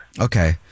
Okay